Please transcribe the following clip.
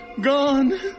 gone